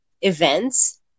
events